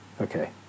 Okay